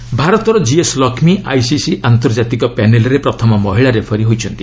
ICC referee ଭାରତର GS Lakshmi ICC ଆନ୍ତର୍ଜାତିକ ପ୍ୟାନେଲ୍ରେ ପ୍ରଥମ ମହିଳା ରେଫରୀ ହୋଇଛନ୍ତି